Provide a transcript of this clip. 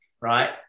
Right